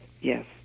Yes